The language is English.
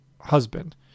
husband